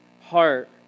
heart